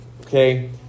okay